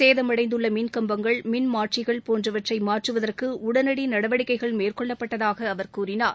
சேதமடைந்துள்ள மின்கம்பங்கள் மின்மாற்றிகள் போன்றவற்றை மாற்றுவதற்கு உடனடி நடவடிக்கைகள் மேற்கொண்டதாக அவர் கூறினார்